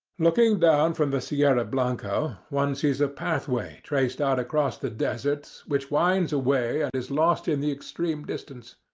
looking down from the sierra blanco, one sees a pathway traced out across the desert, which winds away and is lost in the extreme distance.